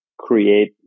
create